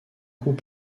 coup